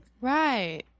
Right